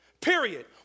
period